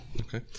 Okay